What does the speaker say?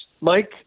Mike